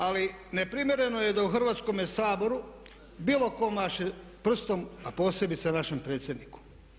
Ali neprimjereno je da u Hrvatskome saboru bilo tko maše prstom, a posebice našem predsjedniku.